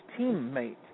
teammate